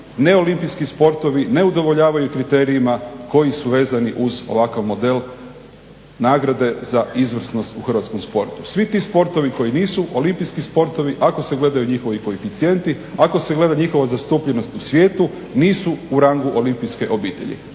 ne olimpijski sportovi ne udovoljavaju kriterijima koji su vezani uz ovakav model nagrade za izvrsnost u hrvatskom sportu. Svi ti sportovi koji nisu olimpijski sportovi, ako se gledaju njihovi koeficijenti, ako se gleda njihova zastupljenost u svijetu nisu u rangu olimpijske obitelji.